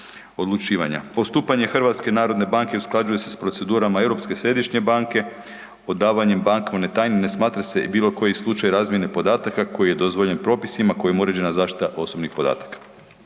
Postupanje HNB-a usklađuje se s procedurama Europske središnje banke, odavanjem bankovne tajne ne smatra se bilo koji slučaj razmjene podataka koji je dozvoljen propisima kojim je uređena zaštita osobnih podataka.